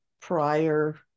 prior